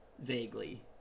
vaguely